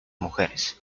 mujeres